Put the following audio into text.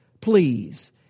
please